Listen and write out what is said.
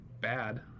bad